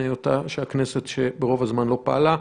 כשהכנסת ברוב הזמן לא פעלה.